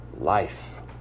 life